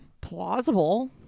plausible